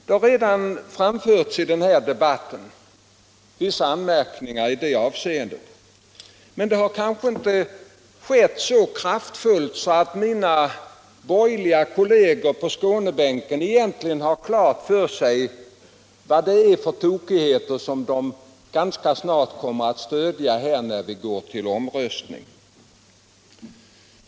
Vissa anmärkningar i det avseendet har redan framförts i debatten, men det har kanske inte skett så kraftfullt att mina borgerliga kolleger på Skånebänken egentligen har klart för sig vad det är för tokigheter som de kommer att stödja när vi ganska snart går till omröstning.